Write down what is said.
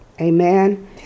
Amen